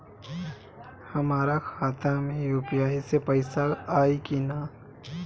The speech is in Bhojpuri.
हमारा खाता मे यू.पी.आई से पईसा आई कि ना?